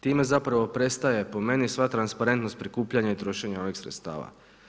Time zapravo prestaje po meni sva transparentnost prikupljanja i trošenja ovih sredstva.